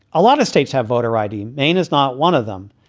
a lot of states have voter i d. maine is not one of them.